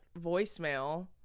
voicemail